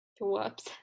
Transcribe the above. Whoops